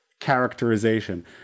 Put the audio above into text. characterization